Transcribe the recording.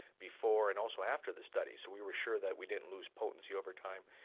before and also after the study, so we were sure that we didn't lose potency over time.